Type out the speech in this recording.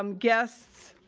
um guests.